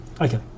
Okay